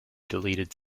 deleted